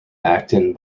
actin